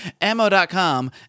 Ammo.com